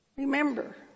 Remember